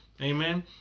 Amen